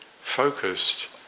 focused